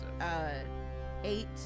Eight